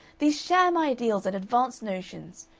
these sham ideals and advanced notions.